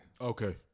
Okay